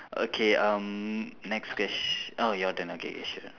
okay um next quest~ oh your turn okay sure